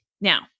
Now